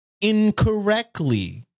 incorrectly